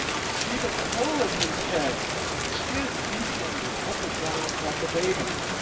see but the hole in his head the skin beats on it up and down like a baby's!